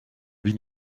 wie